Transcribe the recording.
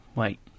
wait